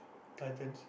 Titans